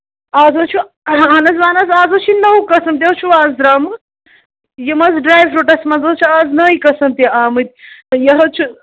آز حظ چھُ اہن حظ وَن حظ آز حظ چھِ نوٚو قٕسٕم تہِ حظ چھُو آز درٛامُت یِم حظ ڈرٛاے فرٛوٗٹَس منٛز حظ چھِ آز نٔے قٕسٕم تہِ آمٕتۍ یہِ حظ چھُ